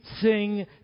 sing